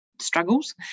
struggles